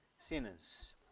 sinners